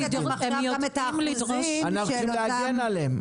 אנחנו רוצים להגן עליהם.